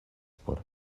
por